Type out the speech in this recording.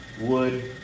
wood